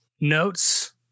notes